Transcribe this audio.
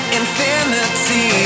infinity